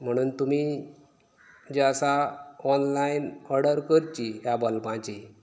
म्हणून तुमी जें आसा ऑनलायन ऑर्डर करची ह्या बल्बांची